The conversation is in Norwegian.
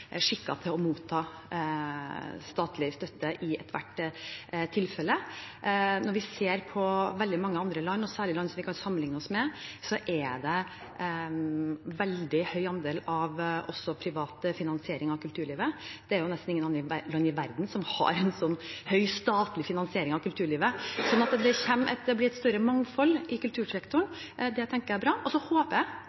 til å motta statlig støtte i ethvert tilfelle. Når vi ser på veldig mange andre land, og særlig land som vi kan sammenligne oss med, er det veldig høy andel av privat finansiering av kulturlivet. Det er nesten ingen andre land i verden som har en så høy statlig finansiering av kulturlivet. Så det kommer til å bli et større mangfold i kultursektoren.